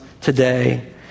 today